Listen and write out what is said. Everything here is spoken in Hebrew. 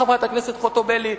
חברת הכנסת חוטובלי,